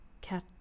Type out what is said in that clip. Cat